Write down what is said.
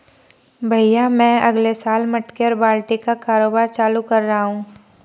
भैया मैं अगले साल मटके और बाल्टी का कारोबार चालू कर रहा हूं